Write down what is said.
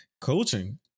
coaching